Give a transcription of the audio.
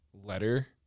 letter